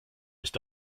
nicht